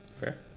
Fair